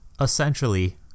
essentially